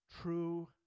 True